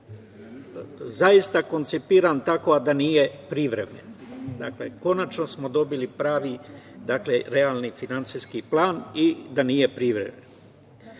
zaista koncipiran tako a da nije privremen. Dakle, konačno smo dobili pravi, realni finansijski plan i da nije privremen. Mi